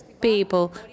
people